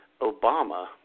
Obama